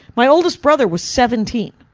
my oldest brother was seventeen.